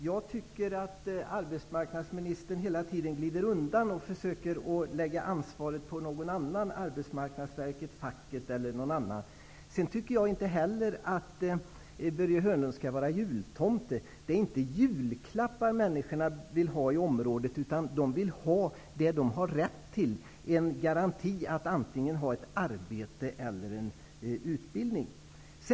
Fru talman! Arbetsmarknadsministern glider hela tiden undan och försöker lägga ansvaret på någon annan -- på Arbetsmarknadsverket, facket osv. Sedan tycker inte jag heller att Börje Hörnlund skall vara jultomte. Det är inte julklappar som människorna i det här området vill ha. De vill ha vad de har rätt till: en garanti att antingen ha arbete eller också få utbildning.